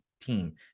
team